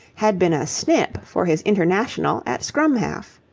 had been a snip for his international at scrum-half.